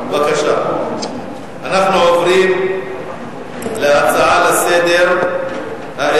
אנחנו עוברים להצעות לסדר מס' 4608,